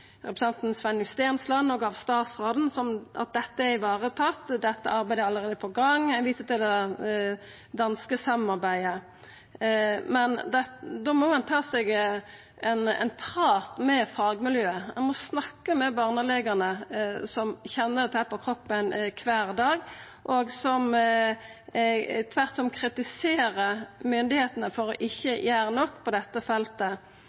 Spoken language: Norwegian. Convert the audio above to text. dette arbeidet er allereie i gang, og ein viser til samarbeidet med danskane. Men da må ein ta seg ein prat med fagmiljøet. Ein må snakka med barnelegane som kjenner dette på kroppen kvar dag, og som tvert om kritiserer myndigheitene for ikkje å gjera nok på dette feltet.